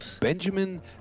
Benjamin